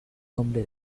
nombre